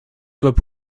soient